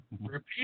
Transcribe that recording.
Repeat